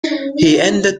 ended